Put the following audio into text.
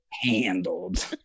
Handled